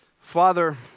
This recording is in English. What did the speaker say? Father